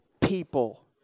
People